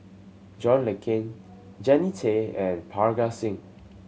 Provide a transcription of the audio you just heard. John Le Cain Jannie Tay and Parga Singh